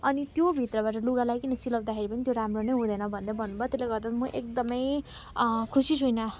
अनि त्यो भित्रबाट लुगा लाइकिन सिलाउँदाखेरि पनि त्यो राम्रो नै हुँदैन भन्दै भन्नुभयो हो त्यसले गर्दा पनि म एकदमै खुसी छुइँन